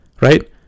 right